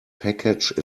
package